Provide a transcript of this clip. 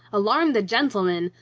alarm the gentlemen!